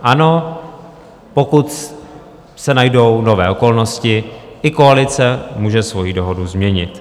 Ano, pokud se najdou nové okolnosti, i koalice může svoji dohodu změnit.